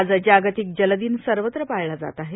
आज जागतिक जलदिन सर्वत्र पाळला जात आहे